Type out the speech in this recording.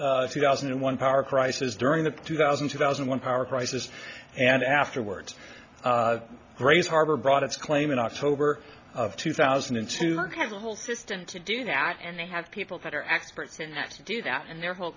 and two thousand and one power crisis during the two thousand two thousand and one power crisis and afterwards grays harbor brought its claim in october of two thousand and two or has a whole system to do that and they have people that are experts in that do that and their whole